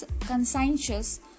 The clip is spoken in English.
conscientious